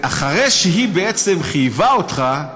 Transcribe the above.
אחרי שהיא חייבה אותך,